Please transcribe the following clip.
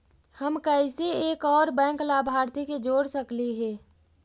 हम कैसे एक और बैंक लाभार्थी के जोड़ सकली हे?